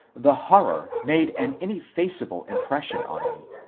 the horror made an ineffaceable impression on me,